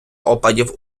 опадів